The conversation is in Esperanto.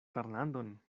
fernandon